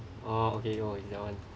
ah okay oh that one